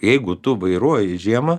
jeigu tu vairuoji žiemą